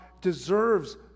deserves